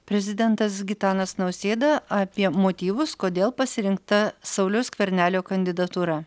prezidentas gitanas nausėda apie motyvus kodėl pasirinkta sauliaus skvernelio kandidatūra